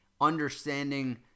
understanding